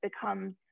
becomes